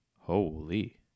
Holy